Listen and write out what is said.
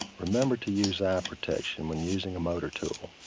remember to use eye protection when using a motor tool.